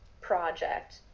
project